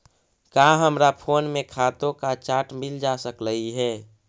का हमरा फोन में खातों का चार्ट मिल जा सकलई हे